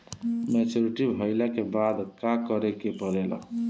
Maturity भईला के बाद का करे के पड़ेला?